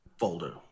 Folder